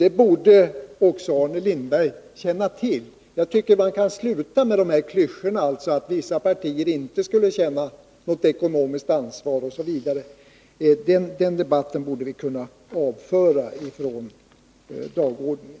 Det borde Arne Lindberg känna till. Jag tycker att man skulle kunna sluta med de här klyschorna att vissa partier inte skulle känna något ekonomiskt ansvar, osv. Den debatten borde vi kunna avföra från dagordningen.